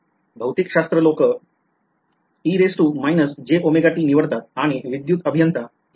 भौतिकशास्त्र लोक निवडतात आणि विद्युत अभियंता वापरण्यावर कल देतात